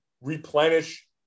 replenish